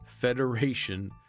Federation